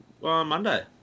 Monday